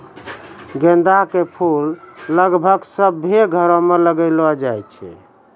गेंदा के फूल लगभग सभ्भे घरो मे लगैलो जाय छै